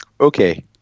Okay